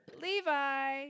Levi